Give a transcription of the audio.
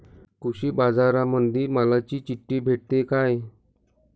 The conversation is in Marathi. कृषीबाजारामंदी मालाची चिट्ठी भेटते काय?